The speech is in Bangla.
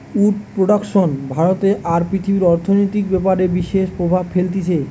উড প্রোডাক্শন ভারতে আর পৃথিবীর অর্থনৈতিক ব্যাপারে বিশেষ প্রভাব ফেলতিছে